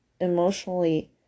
emotionally